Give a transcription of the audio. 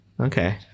Okay